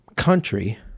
country